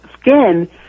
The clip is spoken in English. skin